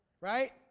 right